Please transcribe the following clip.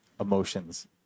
emotions